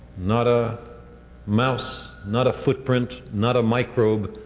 not a mouse, not a footprint, not a microbe,